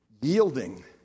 yielding